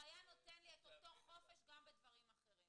היה נותן לי את אותו חופש גם בדברים אחרים